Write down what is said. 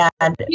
And-